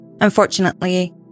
Unfortunately